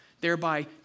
thereby